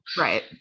Right